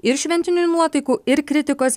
ir šventinių nuotaikų ir kritikos